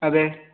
അതെ